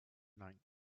nein